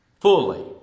fully